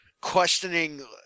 questioning